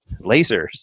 lasers